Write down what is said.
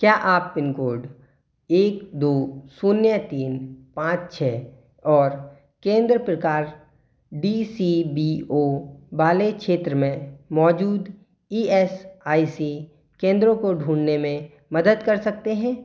क्या आप pin code एक दो शून्य तीन पाँच छः और केंद्र प्रकार डी सी बी ओ वाले क्षेत्र में मौजूद ई एस आई सी केंद्रों को ढूँढने में मदद कर सकते हैं